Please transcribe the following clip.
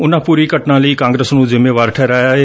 ਉਨਾਂ ਪੁਰੀ ਘਟਨਾ ਲਈ ਕਾਂਗਰਸ ਨੂੰ ਜਿੰਮੇਵਾਰ ਠਹਿਰਾਇਆ ਏ